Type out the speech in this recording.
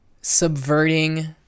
subverting